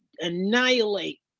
annihilate